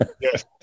Yes